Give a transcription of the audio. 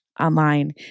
online